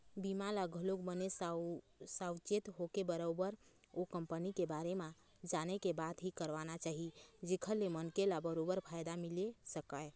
बीमा ल घलोक बने साउचेत होके बरोबर ओ कंपनी के बारे म जाने के बाद ही करवाना चाही जेखर ले मनखे ल बरोबर फायदा मिले सकय